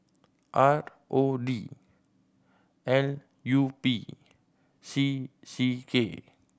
R O D L U P C C K